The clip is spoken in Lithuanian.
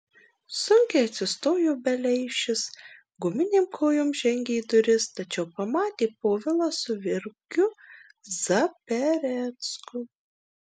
sunkiai atsistojo beleišis guminėm kojom žengė į duris tačiau pamatė povilą su virgiu zaperecku